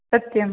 सत्यम्